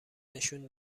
نشون